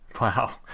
Wow